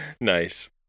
nice